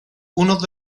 unos